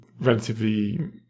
relatively